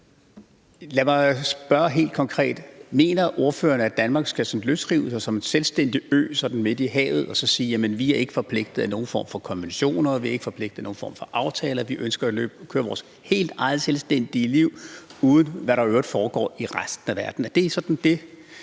Lad mig spørge helt konkret: Mener ordføreren, at Danmark skal løsrive sig og blive en selvstændig ø i havet og så sige, at vi ikke er forpligtet af nogen konventioner eller nogen form for aftaler, og at vi ønsker at føre vores helt eget selvstændige liv uden om, hvad der i øvrigt foregår i resten af verden? Er det det,